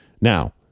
Now